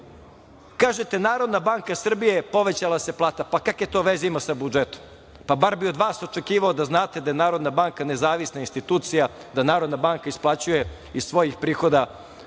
vreme. Kažete Narodna banka Srbija, povećala se plata. Pa, kakve to veze ima sa budžetom? Pa, bar bi od vas očekivao da znate da je Narodna banka nezavisna institucija, da Narodna banka isplaćuje iz svojih prihoda